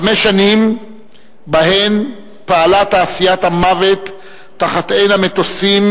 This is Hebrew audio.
חמש שנים שבהן פעלה תעשיית המוות תחת עין המטוסים,